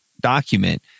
document